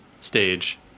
stage